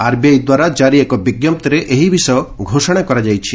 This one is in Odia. ଆର୍ବିଆଇ ଦ୍ୱାରା ଜାରି ଏକ ବିଞ୍ଜପ୍ତିରେ ଏହି ବିଷୟ ଘୋଷଣା କରାଯାଇଛି